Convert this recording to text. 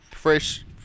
Fresh